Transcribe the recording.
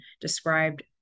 described